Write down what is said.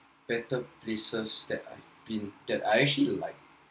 better places that I've been that I actually like